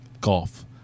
golf